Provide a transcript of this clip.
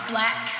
Black